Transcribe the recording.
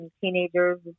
teenagers